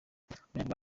abanyarwanda